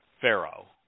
Pharaoh